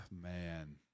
Man